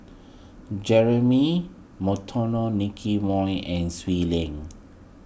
Jeremy Monteiro Nicky Moey and Swee Leng